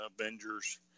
Avengers